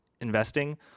investing